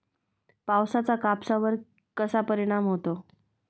पावसाचा कापसावर कसा परिणाम होतो?